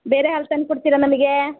ಬೇರೆ ಹಾಲು ತಂದು ಕೊಡ್ತೀರಾ ನಮಗೆ